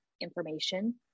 information